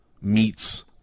meets